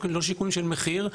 לא שיקולים של מחיר.